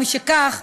ומשכך,